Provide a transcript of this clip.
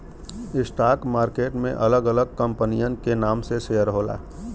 stock market में अलग अलग कंपनियन के नाम से शेयर होला